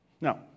Now